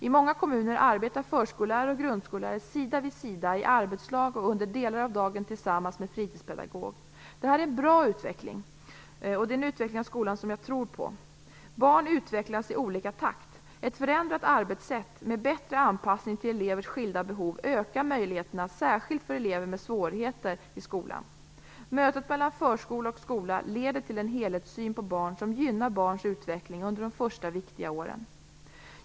I många kommuner arbetar förskollärare och grundskollärare sida vid sida i arbetslag och under delar av dagen tillsammans med fritidspedagog. Det här är en utveckling av skolan som jag tror är mycket bra. Barn utvecklas i olika takt. Ett förändrat arbetssätt med bättre anpassning till elevers skilda behov ökar möjligheterna särskilt för elever med svårigheter i skolan. Mötet mellan förskola och skola leder till en helhetssyn på barn som gynnar barns utveckling under de första viktiga åren i skolan.